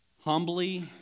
Humbly